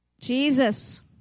Jesus